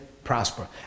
prosper